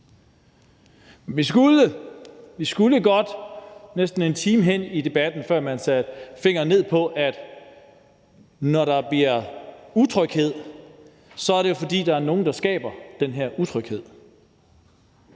vi skulle godt en time hen i debatten, før man satte fingeren ned på, at når der bliver utryghed, er det, fordi der er nogle, der skaber den her utryghed,